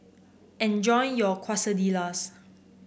enjoy your Quesadillas